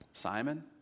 Simon